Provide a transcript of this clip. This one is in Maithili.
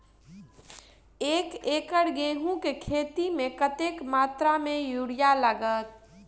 एक एकड़ गेंहूँ केँ खेती मे कतेक मात्रा मे यूरिया लागतै?